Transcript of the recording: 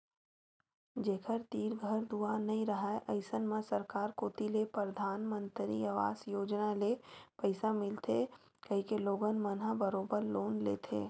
जेखर तीर घर दुवार नइ राहय अइसन म सरकार कोती ले परधानमंतरी अवास योजना ले पइसा मिलथे कहिके लोगन मन ह बरोबर लोन लेथे